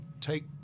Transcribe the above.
take